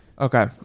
Okay